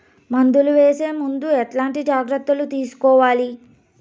మందులు వేసే ముందు ఎట్లాంటి జాగ్రత్తలు తీసుకోవాలి?